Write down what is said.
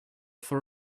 for